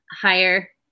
higher